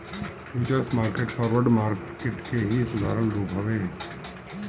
futures market forward market के ही सुधारल रूप हवे